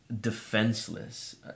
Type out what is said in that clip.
defenseless